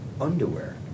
underwear